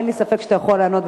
אין לי ספק שאתה יכול לענות,